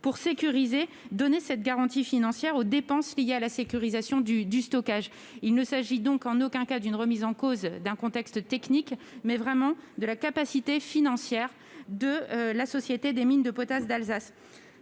de sécuriser et de donner une garantie financière aux dépenses liées à la sécurisation du stockage. Il s'agit donc non pas de la remise en cause du contexte technique, mais vraiment de la capacité financière de la société des Mines de potasse d'Alsace.